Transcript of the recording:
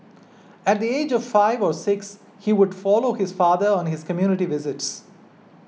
at the age of five or six he would follow his father on his community visits